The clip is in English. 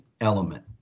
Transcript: element